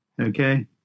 Okay